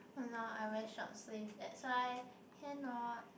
!han orh! I wear short sleeve that's why cannot